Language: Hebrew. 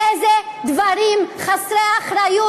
איזה דברים חסרי אחריות.